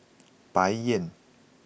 Bai Yan